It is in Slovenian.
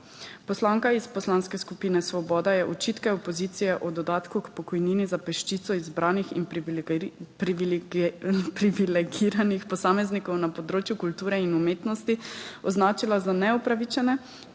Poslanka iz poslanske skupine Svoboda je očitke opozicije o dodatku k pokojnini za peščico izbranih in privilegiranih posameznikov na področju kulture in umetnosti označila za neupravičene,